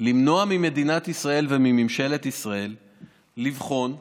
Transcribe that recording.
למנוע ממדינת ישראל וממשלת ישראל לבחון,